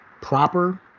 proper